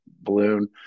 balloon